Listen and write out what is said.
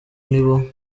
nibo